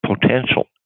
potential